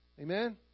Amen